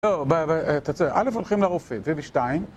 אלף הולכים לרופא, ובשתיים